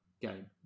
game